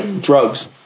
drugs